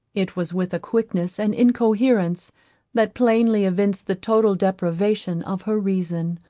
it was with a quickness and incoherence that plainly evinced the total deprivation of her reason.